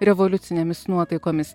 revoliucinėmis nuotaikomis